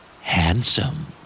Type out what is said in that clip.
Handsome